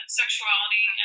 sexuality